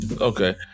Okay